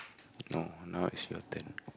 no now is your turn